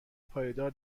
پایدار